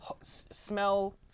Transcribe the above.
smell